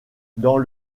dans